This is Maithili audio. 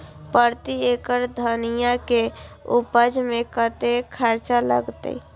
प्रति एकड़ धनिया के उपज में कतेक खर्चा लगते?